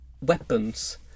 weapons